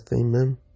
Amen